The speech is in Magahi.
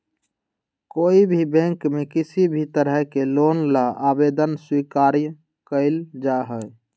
कोई भी बैंक में किसी भी तरह के लोन ला आवेदन स्वीकार्य कइल जाहई